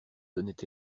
donnait